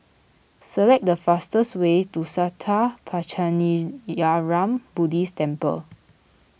select the fastest way to Sattha Puchaniyaram Buddhist Temple